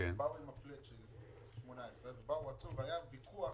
באו עם הפלאט של 18' והיה ויכוח,